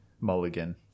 mulligan